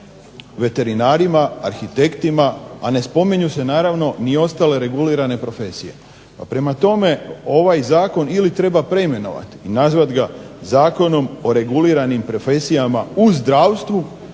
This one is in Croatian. veterinarima, arhitektima, a ne spominju se naravno ni ostale regulirane profesije. Pa prema tome ovaj zakon ili treba preimenovati i nazvati ga Zakonom o reguliranim profesijama u zdravstvu